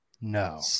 No